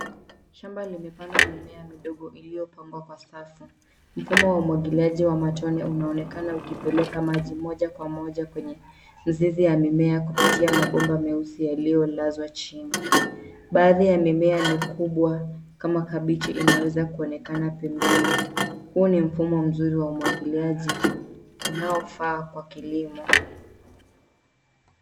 Shamba limepandwa mimea midogo iliyopangwa kwa safu. Mfumo wa umwagiliaji wa matone unaonekana ukipeleka maji moja kwa moja kwenye mizizi ya mimea kupitia mabomba meusi yaliyolazwa chini. Baadhi ya mimea mikubwa kama kabichi inaweza kuonekana pembeni. Huu ni mfumo mzuri wa umwagiliaji unaofaa kwa kilimo.